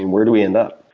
and where do we end up?